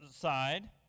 side